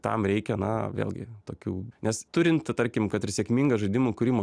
tam reikia na vėlgi tokių nes turint tarkim kad ir sėkmingą žaidimų kūrimo